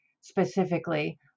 specifically